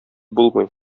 булмый